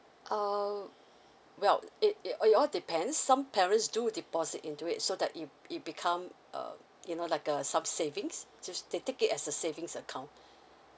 uh well it it all it all depends some parents do deposit into it so that it it become um you know like a sub savings just take it as a savings account